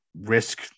risk